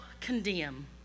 condemn